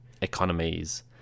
economies